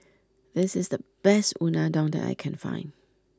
this is the best Unadon that I can find